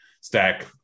stack